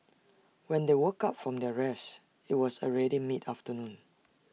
when they woke up from their rest IT was already mid afternoon